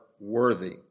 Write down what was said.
worthy